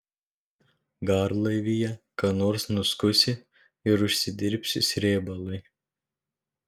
garlaivyje ką nors nuskusi ir užsidirbsi srėbalui